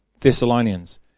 Thessalonians